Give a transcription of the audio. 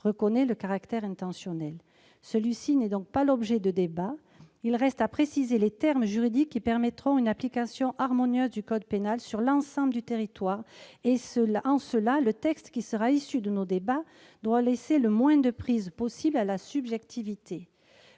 reconnaît le caractère intentionnel. Ce point n'est donc pas l'objet de débat ; il reste à préciser les termes juridiques qui permettront une application harmonieuse du code pénal sur l'ensemble du territoire. Le texte qui sera issu de nos débats doit laisser le moins de prise possible à la subjectivité.